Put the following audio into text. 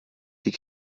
die